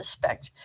suspect